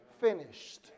finished